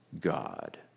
God